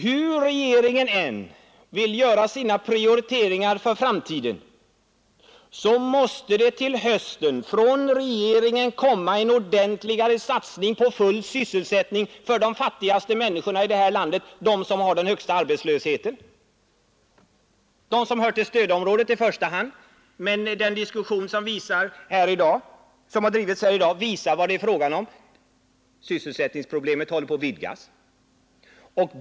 Hur regeringen än vill göra sina prioriteringar för framtiden måste den till hösten göra en ordentligare satsning på full sysselsättning för de fattigaste människorna här i landet, de som har den högsta arbetslösheten, alltså i första hand de som hör till stödområdet. Men den diskussion som förts här i dag visar vad det är fråga om: Sysselsättningsproblemet håller på att vidgas.